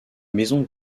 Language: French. maison